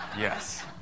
Yes